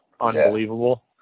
unbelievable